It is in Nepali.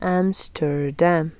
एम्सटरड्याम